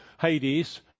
Hades